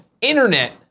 internet